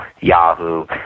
Yahoo